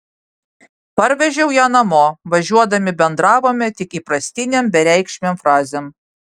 parvežiau ją namo važiuodami bendravome tik įprastinėm bereikšmėm frazėm